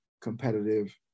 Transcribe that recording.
competitive